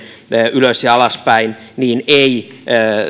ylös ja alaspäin ei